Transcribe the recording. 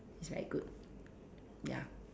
it's very good ya